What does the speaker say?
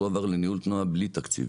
הוא עבר לניהול תנועה ללא תקציב,